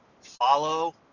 follow